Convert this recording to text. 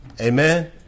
amen